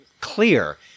clear